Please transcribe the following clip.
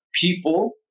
people